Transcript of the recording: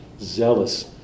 zealous